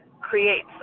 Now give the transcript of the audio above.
creates